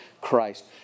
Christ